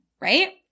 right